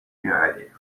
реалии